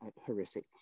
horrific